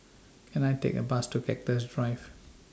Can I Take A Bus to Cactus Drive